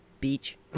beach